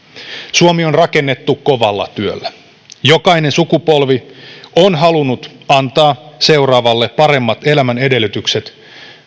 suomi on rakennettu kovalla työllä jokainen sukupolvi on halunnut antaa seuraavalle paremmat elämän edellytykset